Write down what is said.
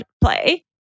play